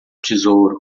tesouro